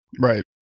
Right